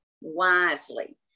wisely